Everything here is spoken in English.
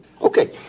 Okay